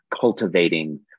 cultivating